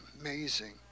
amazing